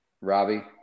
Robbie